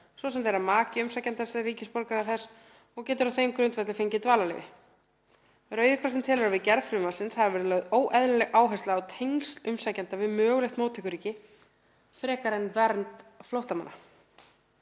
svo sem þegar maki umsækjandans er ríkisborgari þess og getur á þeim grundvelli fengið dvalarleyfi. Rauði krossinn telur að við gerð frumvarpsins hafi verið lögð óeðlileg áhersla á tengsl umsækjenda við mögulegt móttökuríki fremur en vernd flóttamanna.